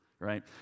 Right